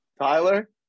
Tyler